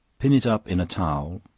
pin it up in a towel,